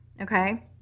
Okay